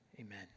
Amen